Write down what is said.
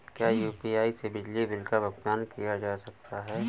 क्या यू.पी.आई से बिजली बिल का भुगतान किया जा सकता है?